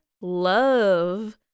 Love